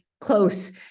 close